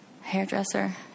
Hairdresser